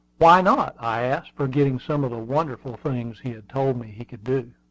why not? i asked, forgetting some of the wonderful things he had told me he could do.